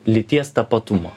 lyties tapatumo